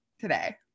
today